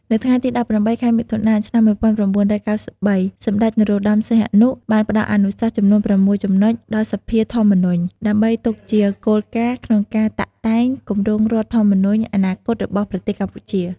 នៅថ្ងៃទី១៨ ខែមិថុនា ឆ្នាំ១៩៩៣ សម្តេច នរោត្តម សីហនុ បានផ្តល់អនុសាសន៍ចំនួន៦ចំណុចដល់សភាធម្មនុញ្ញ ដើម្បីទុកជាគោលការណ៍ក្នុងការតាក់តែងគម្រោងរដ្ឋធម្មនុញ្ញអនាគតរបស់ប្រទេសកម្ពុជា។